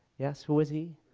yes, who is he?